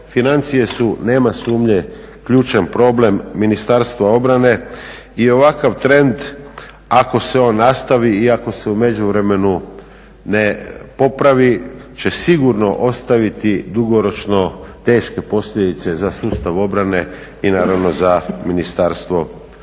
financije su, nema sumnje ključan problem Ministarstva obrane i ovakav trend ako se on nastavi i ako se u međuvremenu ne popravi će sigurno ostaviti dugoročno teške posljedice za sustav obrane i naravno za Ministarstvo obrane.